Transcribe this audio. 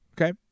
Okay